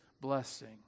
blessing